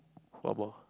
one more